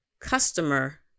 customer